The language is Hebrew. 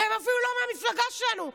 והם אפילו לא מהמפלגה שלנו,